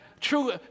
True